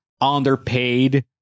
underpaid